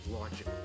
logic